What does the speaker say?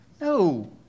No